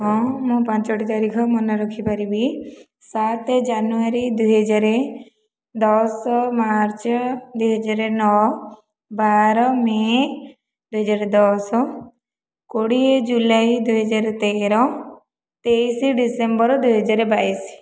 ହଁ ମୁଁ ପାଞ୍ଚୋଟି ତାରିଖ ମାନେ ରଖିପାରିବି ସାତ ଜାନୁଆରୀ ଦୁଇ ହଜାର ଦଶ ମାର୍ଚ୍ଚ ଦୁଇ ହଜାର ନଅ ବାର ମେ' ଦୁଇ ହଜାର ଦଶ କୋଡ଼ିଏ ଜୁଲାଇ ଦୁଇ ହଜାର ତେର ତେଇଶ ଡିସେମ୍ବର ଦୁଇ ହଜାର ବାଇଶ